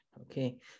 okay